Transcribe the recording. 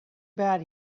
bad